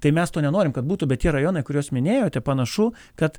tai mes to nenorim kad būtų bet tie rajonai kuriuos minėjote panašu kad